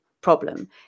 problem